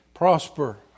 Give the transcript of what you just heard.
Prosper